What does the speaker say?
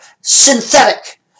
Synthetic